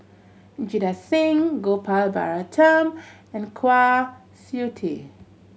Jita Singh Gopal Baratham and Kwa Siew Tee